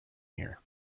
here